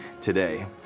today